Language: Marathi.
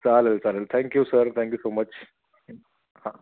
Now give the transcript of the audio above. चालेल चालेल thank you sir thank you so much हां